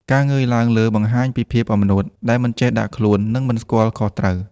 ការងើយឡើងលើបង្ហាញពីភាពអំនួតដែលមិនចេះដាក់ខ្លួន និងមិនស្គាល់ខុសត្រូវ។